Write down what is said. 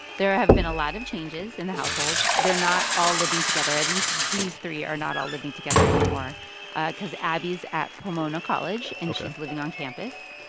there have been a lot of changes in the household. they're not all living together at least these three are not all living together anymore cause abby's at pomona college ok and she's living on campus.